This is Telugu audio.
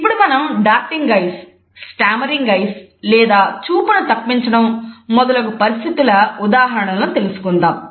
ఇప్పుడు మనం డార్టీన్గ్ ఐస్ లేదా చూపును తప్పించడం మొదలగు పరిస్థితుల ఉదాహరణలను తెలుసుకొందాం